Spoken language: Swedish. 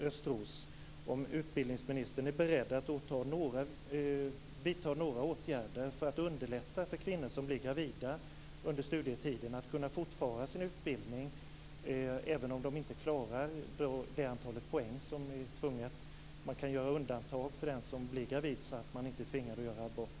Östros är beredd att vidta några åtgärder för att underlätta för kvinnor som blir gravida under studietiden att kunna fortsätta sin utbildning, även om de inte klarar det antal poäng som krävs, och om man kan göra undantag för den som blir gravid så att man inte tvingas till abort.